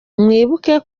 mwibuke